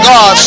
God